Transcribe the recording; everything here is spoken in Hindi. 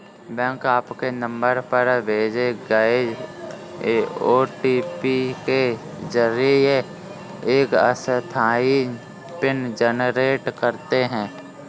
बैंक आपके नंबर पर भेजे गए ओ.टी.पी के जरिए एक अस्थायी पिन जनरेट करते हैं